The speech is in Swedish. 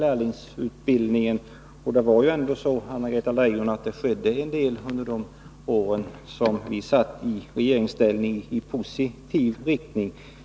På det området vidtogs också, Anna-Greta Leijon, en hel del positiva åtgärder under de år vi satt i regeringsställning.